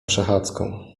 przechadzką